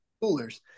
coolers